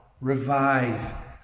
revive